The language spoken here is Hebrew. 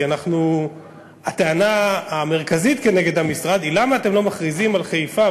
כי הטענה המרכזית נגד המשרד היא: למה אתם לא מכריזים על חיפה,